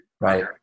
right